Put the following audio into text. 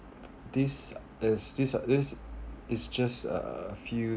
this is this uh this is just a few